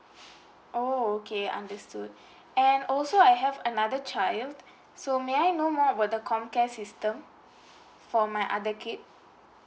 oh okay understood and also I have another child so may I know more about the COMCARE system for my other kid